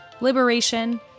liberation